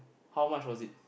how much was it